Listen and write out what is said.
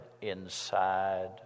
inside